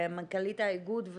מנכ"לית האיגוד,